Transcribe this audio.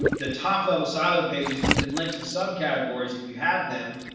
the top level silo pages, you can link to subcategories. if you have them,